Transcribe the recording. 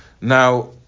now